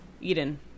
Eden